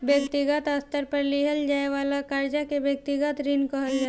व्यक्तिगत स्तर पर लिहल जाये वाला कर्जा के व्यक्तिगत ऋण कहल जाला